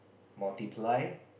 multiply